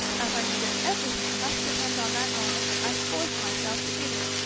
as i knew that everything must depend on that moment, i forced myself to give it.